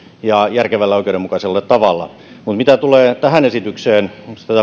järkevällä ja oikeudenmukaisella tavalla mutta mitä tulee tähän esitykseen kun sitä tässä